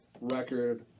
record